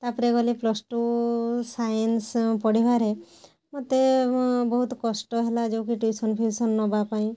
ତା'ପରେ ଗଲି plus two science ପଢ଼ିବାରେ ମୋତେ ବହୁତ କଷ୍ଟ ହେଲା ଯେଉଁ ବି ଟ୍ୟୁସନ୍ ଫିଉସନ୍ ନେବା ପାଇଁ